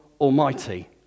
Almighty